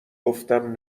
گفتم